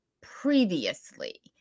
previously